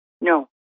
No